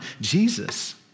Jesus